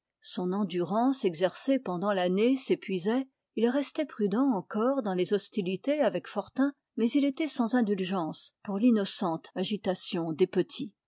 son endurance exercée pendant l'année s'épuisait il restait prudent encore dans les hostilités avec fortin mais il était sans indulgence pour l'innocente agitation des petits